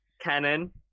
canon